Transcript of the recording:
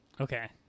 Okay